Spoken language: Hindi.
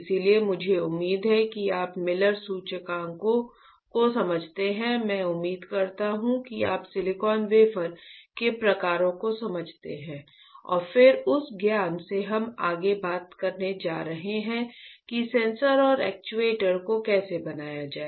इसलिए मुझे उम्मीद है कि आप मिलर सूचकांकों को समझते हैं मैं उम्मीद करता हूं कि आप सिलिकॉन वेफर के प्रकारों को समझते हैं और फिर उस ज्ञान से हम आगे बात करने जा रहे हैं कि सेंसर और एक्चुएटर को कैसे बनाया जाए